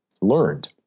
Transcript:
learned